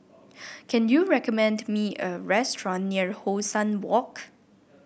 can you recommend me a restaurant near How Sun Walk